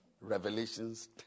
Revelations